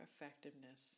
effectiveness